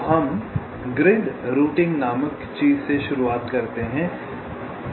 तो हम grid routing नामक चीज़ से शुरुआत करते हैं